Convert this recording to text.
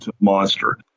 monster